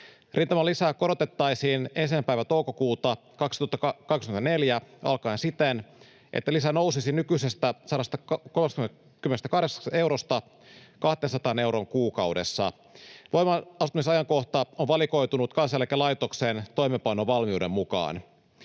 Rintamalisää korotettaisiin 1. päivä toukokuuta 2024 alkaen siten, että lisä nousisi nykyisestä 138 eurosta 200 euroon kuukaudessa. Voimaanastumisajankohta on valikoitunut Kansaneläkelaitoksen toimeenpanovalmiuden mukaan.